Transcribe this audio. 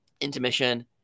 intermission